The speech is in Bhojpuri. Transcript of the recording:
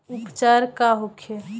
उपचार का होखे?